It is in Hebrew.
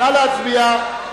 נא להצביע.